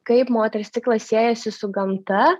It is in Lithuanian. kaip moters ciklas siejasi su gamta